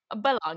belong